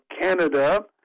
Canada